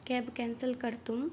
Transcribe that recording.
cab cancel कर्तुम्